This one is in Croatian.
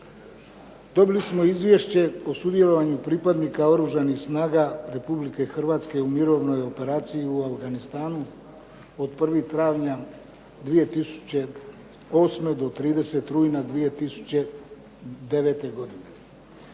Dobili smo izvješće o sudjelovanju pripadnika Oružanih snaga Republike Hrvatske u Mirovnoj operaciji u Afganistanu od 1. travnja 2008. do 30. rujna 2009. godine.